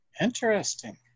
Interesting